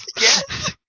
Yes